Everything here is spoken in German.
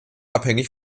abhängig